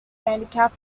handicap